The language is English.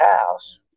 house